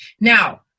now